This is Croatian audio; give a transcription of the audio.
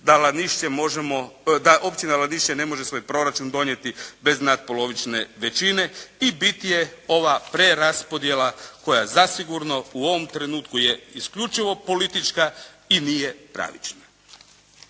da Općina Ladiše ne može svoj proračun donijeti bez nadpolovične većine. I bit je ova preraspodjela koja zasigurno u ovom trenutku je isključivo politička i nije pravična.